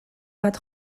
bat